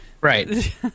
Right